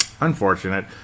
unfortunate